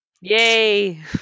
Yay